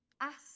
Ask